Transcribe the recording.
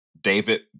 David